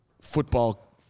football